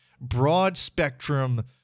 broad-spectrum